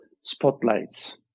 spotlights